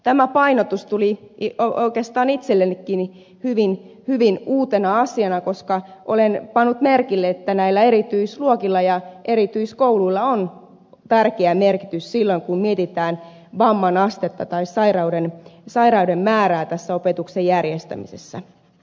tämä painotus tuli oikeastaan itsellenikin hyvin uutena asiana koska olen pannut merkille että näillä erityisluokilla ja erityiskouluilla on tärkeä merkitys silloin kun mietitään vamman astetta tai sairauden määrää tässä opetuksen järjestämisessä